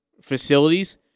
facilities